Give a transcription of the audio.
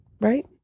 Right